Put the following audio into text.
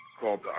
called